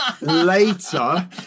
later